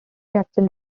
jackson